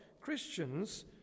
Christians